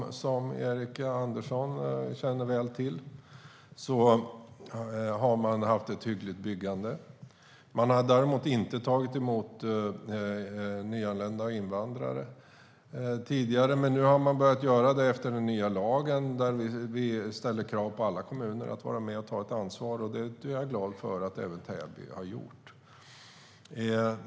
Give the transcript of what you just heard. I Täby, som Erik Andersson känner väl till, har man haft ett hyggligt byggande. Man har däremot inte tagit emot nyanlända invandrare tidigare. Nu har man dock börjat göra det efter att den nya lagen infördes som innebär att vi ställer krav på alla kommuner att vara med och ta ansvar, och jag är glad att Täby har börjat göra det.